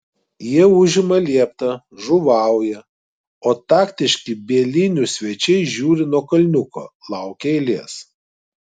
jie užima lieptą žuvauja o taktiški bielinių svečiai žiūri nuo kalniuko laukia eilės